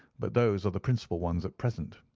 but those are the principal ones at present.